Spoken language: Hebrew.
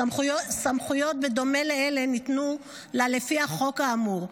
סמכויות בדומה לאלה ניתנו לה לפי החוק כאמור,